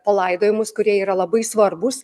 palaidojimus kurie yra labai svarbūs